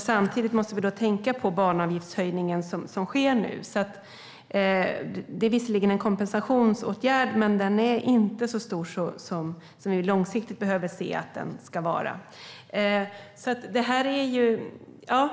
Samtidigt måste vi tänka på banavgiftshöjningen som sker nu. Det är visserligen en kompensationsåtgärd, men den är inte så stor som vi långsiktigt behöver se att den blir.